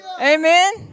Amen